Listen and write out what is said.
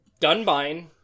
Dunbine